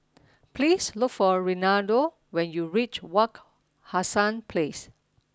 please look for Renaldo when you reach Wak Hassan Place